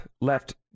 left